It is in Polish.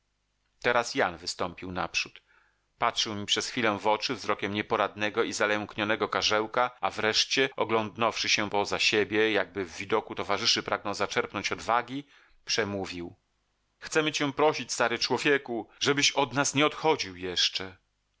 teraz jan wystąpił naprzód patrzył mi przez chwilę w oczy wzrokiem nieporadnego i zalęknionego karzełka a wreszcie oglądnąwszy się poza siebie jakby w widoku towarzyszy pragnął zaczerpnąć odwagi przemówił chcemy cię prosić stary człowieku żebyś od nas nie odchodził jeszcze